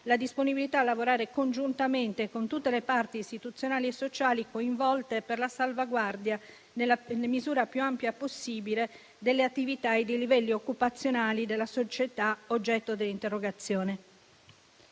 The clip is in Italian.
la disponibilità a lavorare congiuntamente con tutte le parti istituzionali e sociali coinvolte per la salvaguardia, nella misura più ampia possibile, delle attività e dei livelli occupazionali della società oggetto dell'interrogazione.